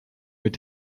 mit